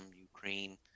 Ukraine